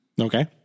Okay